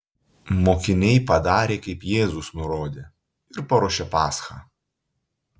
mokiniai padarė kaip jėzus nurodė ir paruošė paschą